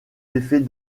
effet